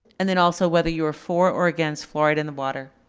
and then also whether you're for or against fluoride in the water.